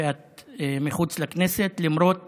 שאת מחוץ לכנסת, למרות